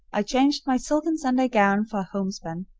i changed my silken sunday gown for homespun,